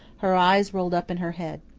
her eyes rolled up in her head.